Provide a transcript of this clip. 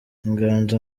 inganzo